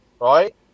right